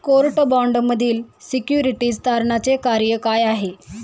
Court बाँडमधील securities तारणाचे कार्य काय आहे?